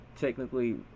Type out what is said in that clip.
technically